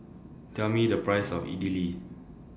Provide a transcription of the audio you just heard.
Tell Me The Price of Idili